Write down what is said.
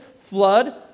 flood